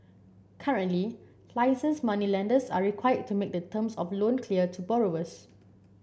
currently licensed moneylenders are required to make the terms of loan clear to borrowers